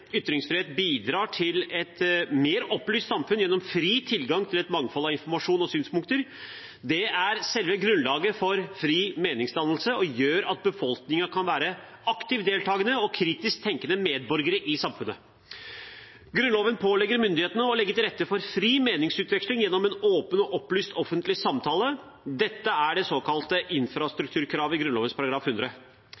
Ytringsfrihet bidrar til et mer opplyst samfunn gjennom fri tilgang til et mangfold av informasjon og synspunkter. Det er selve grunnlaget for fri meningsdannelse og gjør at befolkningen kan være aktivt deltakende og kritisk tenkende medborgere i samfunnet. Grunnloven pålegger myndighetene å legge til rette for fri meningsutveksling gjennom en åpen og opplyst offentlig samtale. Dette er det såkalte